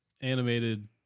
Animated